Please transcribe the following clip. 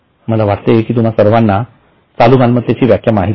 मला वाटते कि तुम्हा सर्वाना चालू मालमत्तेची व्याख्या माहित आहे